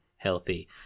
healthy